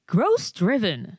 Growth-driven